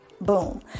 Boom